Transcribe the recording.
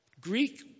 Greek